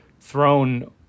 thrown